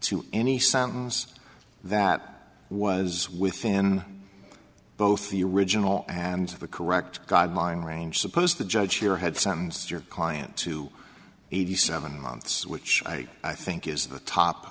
to any sentence that was within both the original and the correct guideline range supposed to judge your head sometimes your client to eighty seven months which i i think is the top